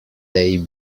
they